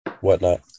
whatnot